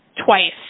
twice